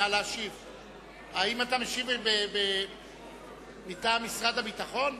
האם אתה משיב מטעם משרד הביטחון?